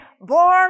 born